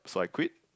so I quit